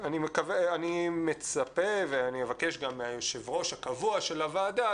אני מצפה ואני אבקש גם מהיושב-ראש הקבוע של הוועדה,